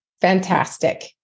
Fantastic